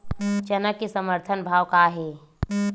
चना के समर्थन भाव का हे?